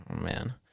man